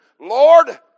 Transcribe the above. Lord